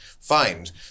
find